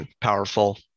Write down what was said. powerful